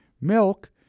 milk